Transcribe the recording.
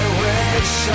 wish